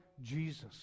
Jesus